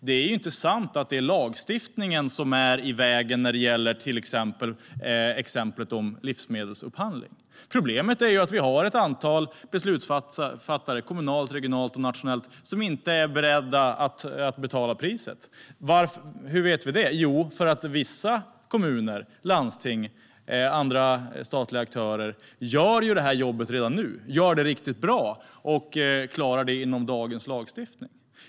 Det är inte sant att det är lagstiftningen som är i vägen när det gäller exempel livsmedelsupphandling. Problemet är att vi har ett antal kommunala, regionala och nationella beslutsfattare som inte är beredda att betala priset. Hur vet vi det? Jo, för att vissa kommuner, landsting och statliga aktörer redan nu gör detta jobb riktigt bra och klarar det inom dagens lagstiftning.